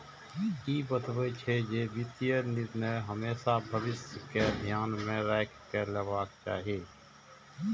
ई बतबै छै, जे वित्तीय निर्णय हमेशा भविष्य कें ध्यान मे राखि कें लेबाक चाही